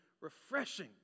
refreshing